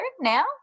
now